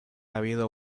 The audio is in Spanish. habido